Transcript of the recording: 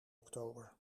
oktober